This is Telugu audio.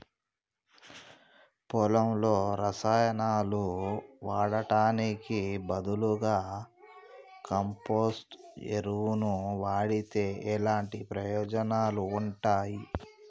పొలంలో రసాయనాలు వాడటానికి బదులుగా కంపోస్ట్ ఎరువును వాడితే ఎలాంటి ప్రయోజనాలు ఉంటాయి?